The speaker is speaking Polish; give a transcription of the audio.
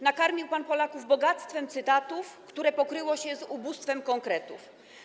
Nakarmił pan Polaków bogactwem cytatów, które pokryło się z ubóstwem konkretów.